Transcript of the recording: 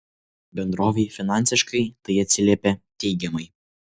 bendrovei finansiškai tai atsiliepė teigiamai